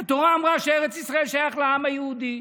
התורה אמרה שארץ ישראל שייכת לעם היהודי.